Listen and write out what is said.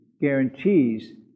guarantees